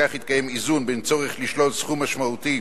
בכך יתקיים איזון בין הצורך לשלול סכום משמעותי